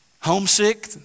homesick